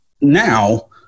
now